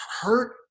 hurt